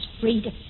freedom